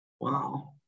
wow